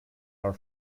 our